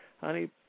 honey